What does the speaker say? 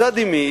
מצד אמי,